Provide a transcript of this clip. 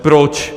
Proč?